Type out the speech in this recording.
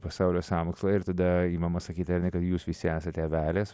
pasaulio sąmokslą ir tada imama sakyti jūs visi esate avelės